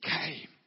came